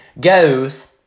goes